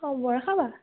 অঁ বৰষা বা